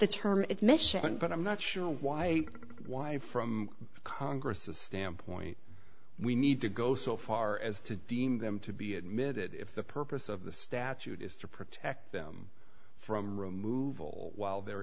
the term admission but i'm not sure why why from congress as standpoint we need to go so far as to deem them to be admitted if the purpose of the statute is to protect them from removal while they're